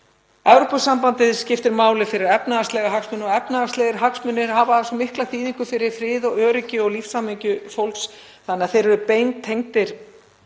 Evrópusambandið skiptir máli fyrir efnahagslega hagsmuni og efnahagslegir hagsmunir hafa svo mikla þýðingu fyrir frið og öryggi og lífshamingju fólks þannig að þeir eru beintengdir